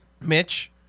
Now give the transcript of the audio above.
Mitch